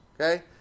Okay